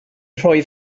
rhoi